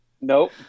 Nope